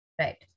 Right